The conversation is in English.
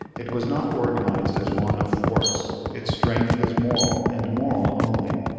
it was not organized as one of force, its strength is moral, and moral only.